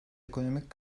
ekonomik